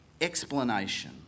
explanation